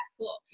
Cool